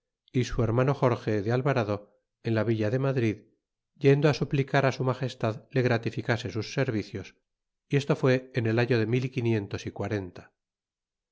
y su hermano jorge de alvarado en la villa de madrid yendo suplicará su magestad le gratificase sus servicios y esto fue en el año de mil y quinientos y quarenta